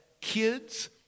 kids